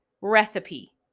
recipe